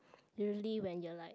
usually when you're like